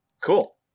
Cool